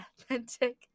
authentic